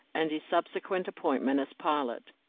and his subsequent appointment as pilot,